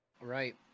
Right